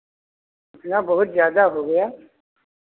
इतना बहुत ज़्यादा हो गया